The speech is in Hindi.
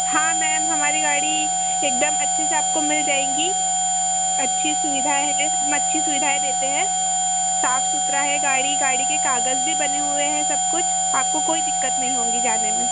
हाँ मैम हमारी गाड़ी एकदम अच्छे से आपको मिल जायेंगी अच्छी सुविधा है हम अच्छी सुविधाये देते हैं साफ सुथरा है गाड़ी गाड़ी के कागज भी बने हुए है सब कुछ आपको कोई दिक्कत नहीं होंगी जाने में